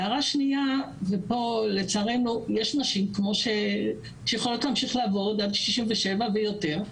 הערה שנייה יש נשים שיכולות לעבוד עד גיל 67 ויותר,